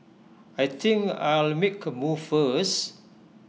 I think I'll make A move first